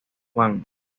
juan